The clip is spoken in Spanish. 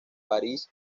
parís